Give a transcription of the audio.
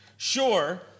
Sure